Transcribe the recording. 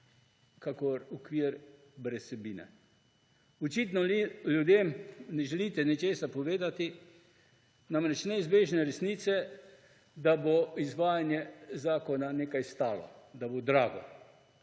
kakor okvir brez vsebine. Očitno ljudem ne želite nečesa povedati, namreč neizbežne resnice, da bo izvajanje zakona nekaj stalo, da bo drago.